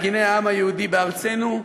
מגיני העם היהודי בארצנו,